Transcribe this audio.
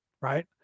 right